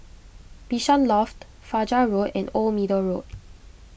Bishan Loft Fajar Road and Old Middle Road